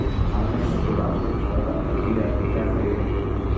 Online ಮತ್ತು offline ಸಾಲದ ಅರ್ಜಿಯ ವ್ಯತ್ಯಾಸ ಏನು?